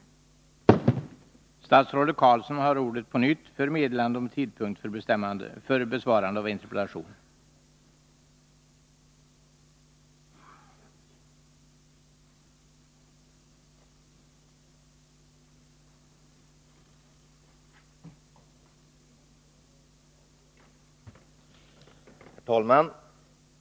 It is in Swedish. Vidare har jag kommit överens med Nils Åsling om att interpellationen om en bättre företagsstruktur inom skogsbruket skall besvaras den 30 maj.